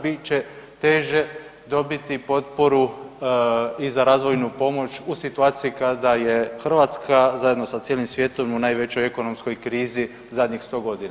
Bit će teže dobiti potporu i za razvojnu pomoć i u situaciji kada je Hrvatska zajedno sa cijelim svijetom u najvećoj ekonomskoj krizi zadnjih sto godina.